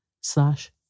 slash